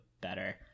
better